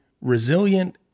resilient